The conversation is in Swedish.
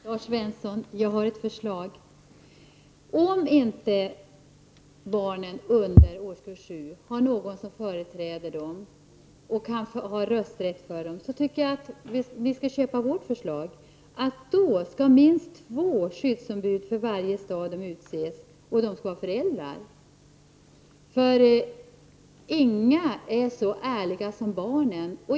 Herr talman! Jag har ett förslag, Lars Svensson: Om inte barnen under årskurs 7 har någon som företräder dem och röstar för dem, tycker jag att ni skall stödja vårt förslag som går ut på att man skall ha minst två skyddsombud och att de skall vara föräldrar. Inga är så ärliga som barnen.